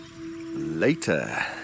later